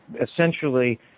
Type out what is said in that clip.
essentially